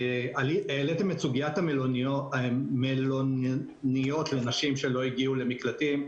העליתם את סוגית המלוניות לנשים שלא הגיעו למקלטים.